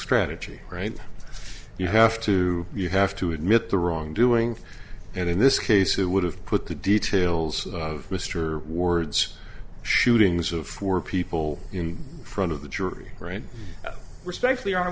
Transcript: strategy right you have to you have to admit the wrongdoing and in this case who would have put the details of mr ward's shootings of four people in front of the jury right respectfully are